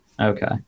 Okay